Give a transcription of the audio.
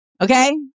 Okay